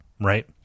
Right